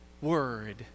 Word